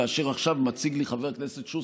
כאשר עכשיו מציג לי חבר הכנסת שוסטר,